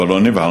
אבל לא נבהלנו